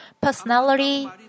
personality